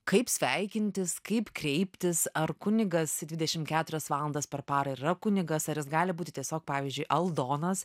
kaip sveikintis kaip kreiptis ar kunigas dvidešimt keturias valandas per parą yra kunigas ar jis gali būti tiesiog pavyzdžiui aldonas